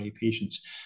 patients